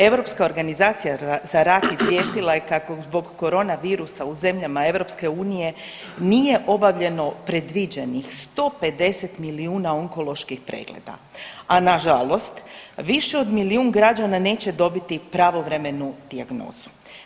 Europska organizacija za rak izvijestila je kako zbog korona virusa u zemlja EU nije obavljeno predviđenih 150 milijuna onkoloških pregleda, a na žalost više od milijun građana neće dobiti pravovremenu dijagnozu.